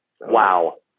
Wow